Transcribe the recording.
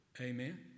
Amen